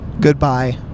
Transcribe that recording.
Goodbye